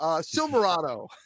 Silverado